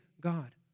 God